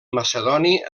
macedoni